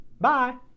Bye